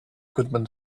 goodman